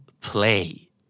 play